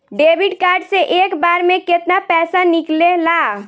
Debit card से एक बार मे केतना पैसा निकले ला?